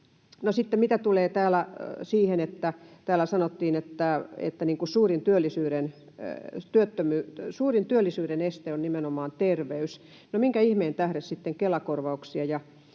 sanottiin, että suurin työllisyyden este on nimenomaan terveys — minkä ihmeen tähden sitten Kela-korvauksia